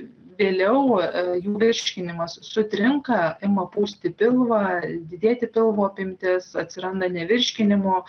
vėliau jų virškinimas sutrinka ima pūsti pilvą didėti pilvo apimtis atsiranda nevirškinimo